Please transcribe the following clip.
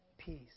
peace